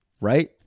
Right